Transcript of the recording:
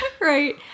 Right